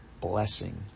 blessing